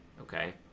Okay